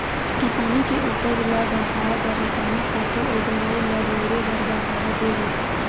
किसानी के उपज ल बड़हाए बर रसायनिक खातू अउ दवई ल बउरे बर बड़हावा दे गिस